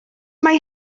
mae